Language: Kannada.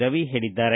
ರವಿ ಹೇಳಿದ್ದಾರೆ